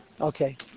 okay